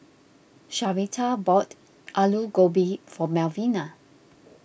Sharita bought Alu Gobi for Melvina